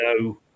no